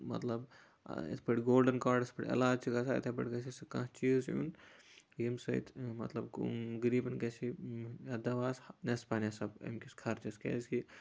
مطلب یِتھ پٲٹھۍ گولڈَن کاڈَس پٮ۪ٹھ علاج چھُ گژھان یِتھٕے پٲٹھۍ گژھِ ہے سُہ کانٛہہ چیٖز یُن ییٚمہِ سۭتۍ مطلب غریٖبَن گژھِ ہے یَتھ دَوہَس نیصفا نیصٕف اَمِکِس خرچَس کیٛازِ کہِ